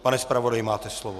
Pane zpravodaji, máte slovo.